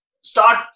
start